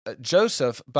Joseph